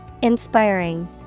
Inspiring